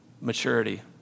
maturity